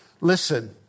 Listen